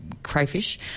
crayfish